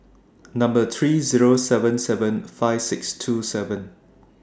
Number three Zero seven seven five six two seven